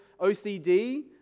OCD